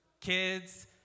kids